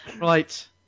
Right